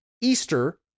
Easter